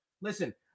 Listen